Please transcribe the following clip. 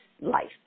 life